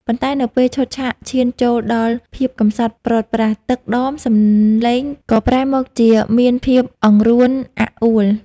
ប៉ុន្តែនៅពេលឈុតឆាកឈានចូលដល់ភាពកំសត់ព្រាត់ប្រាស ទឹកដមសំឡេងក៏ប្រែមកជាមានភាពអង្រួនអាក់អួល។